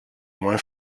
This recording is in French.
moins